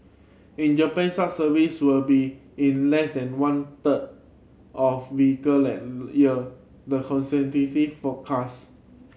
in Japan such service will be in less than one third of vehicle that year the consultancy forecast